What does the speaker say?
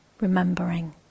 Remembering